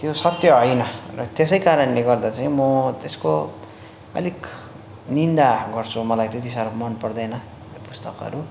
त्यो सत्य होइन र त्यसै कारणले गर्दा चाहिँ म त्यसको अलिक निन्दा गर्छु मलाई त्यति साह्रो मन पर्दैन त्यो पुस्तकहरू